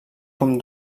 com